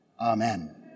Amen